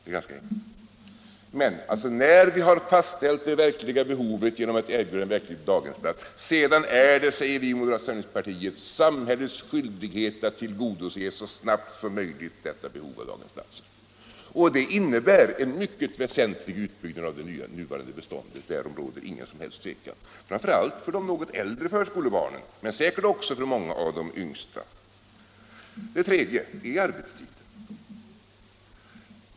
Det är ganska enkelt. När vi har fastställt det verkliga behovet av daghemsplatser, är det — säger vi I moderata samlingspartiet — samhällets skyldighet att tillgodose detta behov så snabbt som möjligt. Det innebär en mycket väsentlig utbyggnad av det nuvarande beståndet, därom råder ingen som helst tvekan. Behovet finns framför allt för de något äldre förskolebarnen, men säkert också för många av de yngsta. Sedan gäller det arbetstiden.